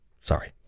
Sorry